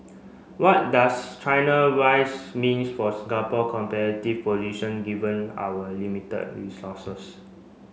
what does China wise means for Singapore competitive position given our limited resources